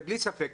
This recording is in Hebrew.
בלי ספק.